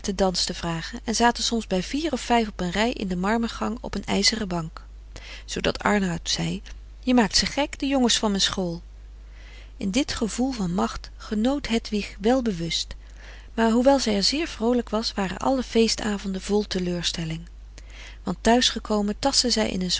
te vragen en zaten soms bij vier of vijf op een rij in den marmergang op een ijzeren bank zoodat aernout zei je maakt ze gek de jongens van mijn school in dit gevoel van macht genoot hedwig welbewust maar hoewel zij er zeer vroolijk was waren alle feestavonden vol teleurstelling want thuis gekomen tastte zij in een